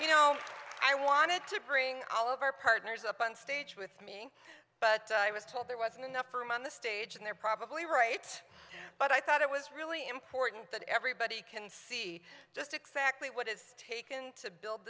you know i wanted to bring all of our partners up on stage with me but i was told there wasn't enough room on the stage and they're probably right but i thought it was really important that everybody can see just exactly what is taken to build